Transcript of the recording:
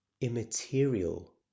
immaterial